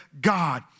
God